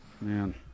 man